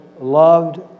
loved